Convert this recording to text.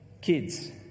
Kids